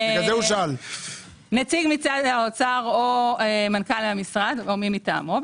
נציג משרד האוצר או מנכ"ל המשרד או מי מטעמו,